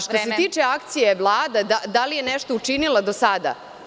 Što se tiče akcije Vlade da li je nešto učinila do sada?